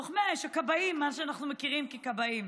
לוחמי האש, הכבאים, מה שאנחנו מכירים ככבאים,